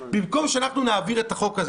החוק הזה,